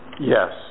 Yes